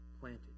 planted